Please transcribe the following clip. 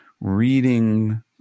reading